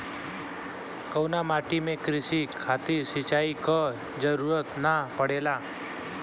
कउना माटी में क़ृषि खातिर सिंचाई क जरूरत ना पड़ेला?